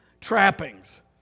trappings